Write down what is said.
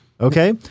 okay